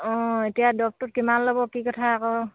অঁ এতিয়া দৰৱটোত কিমান ল'ব কি কথা আকৌ